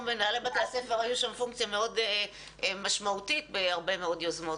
מנהלי בתי הספר היו שם פונקציה מאוד משמעותית בהרבה מאוד יוזמות.